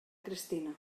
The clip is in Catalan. cristina